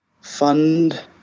fund